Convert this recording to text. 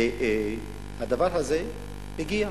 הדבר הזה הגיע,